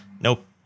Nope